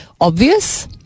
obvious